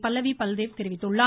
பல்லவி பல்தேவ் தெரிவித்துள்ளார்